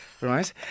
Right